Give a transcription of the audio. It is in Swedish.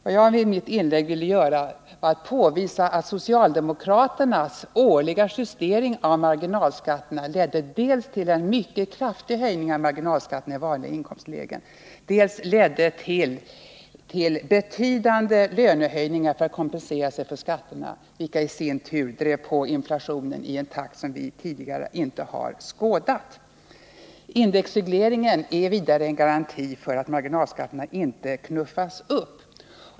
Vad jag i mitt inlägg ville påvisa var att socialdemokraternas årliga justeringar av marginalskatterna ledde dels till en mycket kraftig höjning av marginalskatterna i vanliga inkomstlägen, dels till betydande lönehöjningar för att kompensera skatterna, vilket i sin tur drev på inflationen i en takt som vi tidigare inte hade skådat. Indexregleringen är i motsats till socialdemokraternas skattejusteringar en garanti för att marginalskatterna inte knuffas upp.